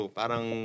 parang